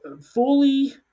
fully